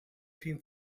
fie